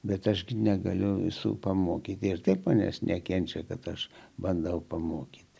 bet aš negaliu visų pamokyti ir taip manęs nekenčia kad aš bandau pamokyti